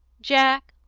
jack,